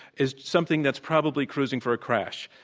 is something that's probably cruising for a crash,